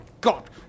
god